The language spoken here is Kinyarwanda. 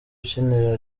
ukinira